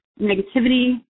Negativity